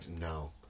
No